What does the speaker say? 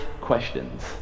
questions